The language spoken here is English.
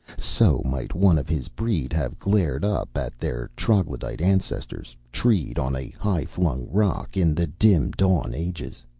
so might one of his breed have glared up at their troglodyte ancestors, treed on a high-flung rock, in the dim dawn ages.